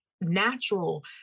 natural